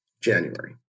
January